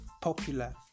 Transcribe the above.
popular